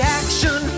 action